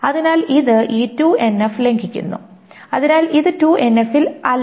അതിനാൽ ഇത് ഈ 2NF ലംഘിക്കുന്നു അതിനാൽ ഇത് 2NF ൽ ഇല്ല